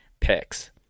picks